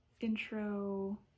intro